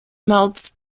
melts